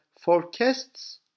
forecasts